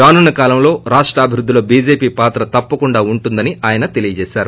రానున్న కాలంలో రాష్టాభివృద్దిలో చీజేపీ పాత్ర తప్పకుండా ఉంటుందని ఆయన తెలియజేశారు